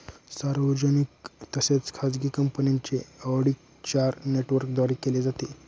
सार्वजनिक तसेच खाजगी कंपन्यांचे ऑडिट चार नेटवर्कद्वारे केले जाते